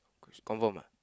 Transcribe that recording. she confirm ah